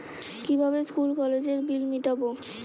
কিভাবে স্কুল কলেজের বিল মিটাব?